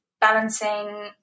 balancing